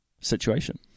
situation